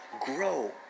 grow